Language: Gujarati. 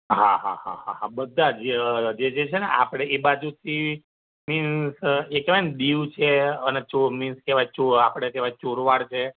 હા હા હા હા હા બધા જ જે જે છે ને આપણે એ બાજુથી મીન્સ એ કહેવાય ને દીવ છે અને ચો મિન્સ કહેવાય ચો આપણે કહેવાય ચોરવાડ છે